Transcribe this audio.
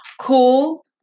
cool